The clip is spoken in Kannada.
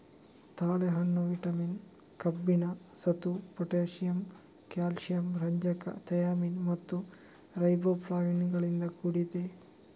ತಾಳೆಹಣ್ಣು ವಿಟಮಿನ್, ಕಬ್ಬಿಣ, ಸತು, ಪೊಟ್ಯಾಸಿಯಮ್, ಕ್ಯಾಲ್ಸಿಯಂ, ರಂಜಕ, ಥಯಾಮಿನ್ ಮತ್ತು ರೈಬೋಫ್ಲಾವಿನುಗಳಿಂದ ಕೂಡಿದೆ